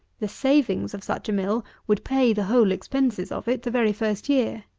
the savings of such a mill would pay the whole expenses of it the very first year.